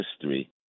history